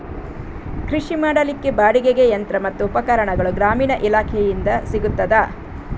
ಕೃಷಿ ಮಾಡಲಿಕ್ಕೆ ಬಾಡಿಗೆಗೆ ಯಂತ್ರ ಮತ್ತು ಉಪಕರಣಗಳು ಗ್ರಾಮೀಣ ಇಲಾಖೆಯಿಂದ ಸಿಗುತ್ತದಾ?